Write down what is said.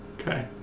Okay